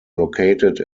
located